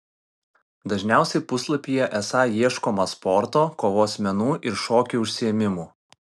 dažniausiai puslapyje esą ieškoma sporto kovos menų ir šokių užsiėmimų